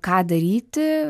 ką daryti